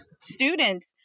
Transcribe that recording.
students